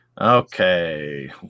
Okay